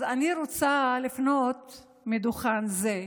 אז אני רוצה לפנות מדוכן זה,